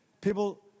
People